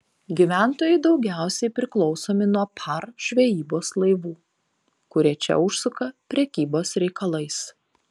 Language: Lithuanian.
gyventojai daugiausiai priklausomi nuo par žvejybos laivų kurie čia užsuka prekybos reikalais